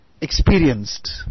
experienced